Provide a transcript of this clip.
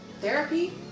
therapy